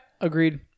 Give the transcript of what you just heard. agreed